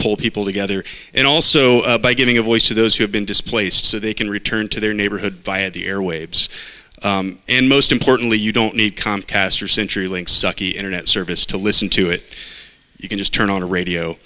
pull people together and also by giving a voice to those who have been displaced so they can return to their neighborhood via the airwaves and most importantly you don't need comcast or century link sucky internet service to listen to it you can just turn on the